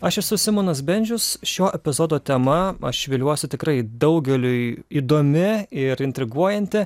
aš esu simonas bendžius šio epizodo tema aš viliuosi tikrai daugeliui įdomi ir intriguojanti